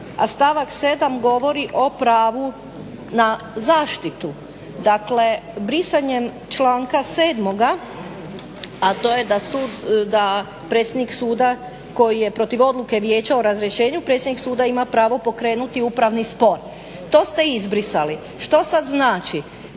a stavak 7. govori o pravu na zaštitu. Dakle brisanjem članka 7., a to je da predsjednik suda koji je protiv odluke Vijeća o razrješenju predsjednik suda ima pravo pokrenuti upravni spor. To ste izbrisali. Što sad znači,